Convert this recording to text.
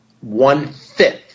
one-fifth